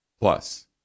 Plus